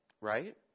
Right